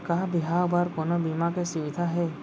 का बिहाव बर कोनो बीमा के सुविधा हे?